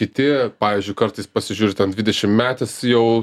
kiti pavyzdžiui kartais pasižiūri ten dvidešimmetis jau